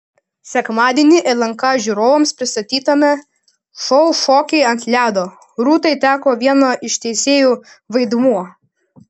sekmadienį lnk žiūrovams pristatytame šou šokiai ant ledo rūtai teko vieno iš teisėjų vaidmuo